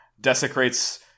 desecrates